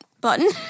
button